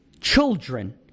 children